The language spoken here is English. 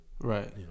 right